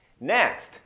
Next